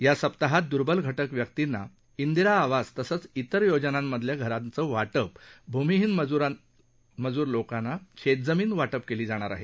या सप्ताहात दुर्बल घटक व्यक्तींना इंदिरा आवास तसच इतर योजनेतील घरांच वाटप भूमिहीन मजूर लोकांना शेतजमीन वाटप केली जाणार आहे